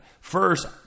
first